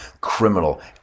criminal